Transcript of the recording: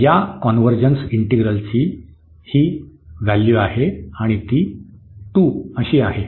तर या कॉन्व्हर्जन्स इंटिग्रलची ही व्हॅल्यू आहे आणि ती 2 आहे